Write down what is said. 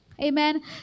Amen